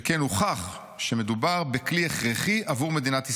שכן הוכח שמדובר בכלי הכרחי עבור מדינת ישראל.